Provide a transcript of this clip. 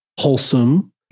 wholesome